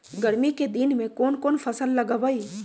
गर्मी के दिन में कौन कौन फसल लगबई?